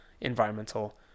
environmental